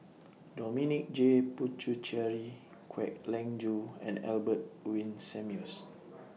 Dominic J Puthucheary Kwek Leng Joo and Albert Winsemius